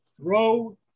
throw